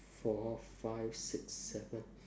four five six seven